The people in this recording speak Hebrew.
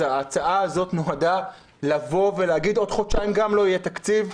אז ההצעה הזאת נועדה לבוא ולהגיד: עוד חודשיים גם לא יהיה תקציב.